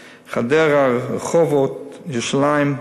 חדרה, רחובות, ירושלים,